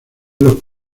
los